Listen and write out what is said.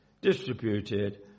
distributed